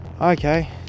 Okay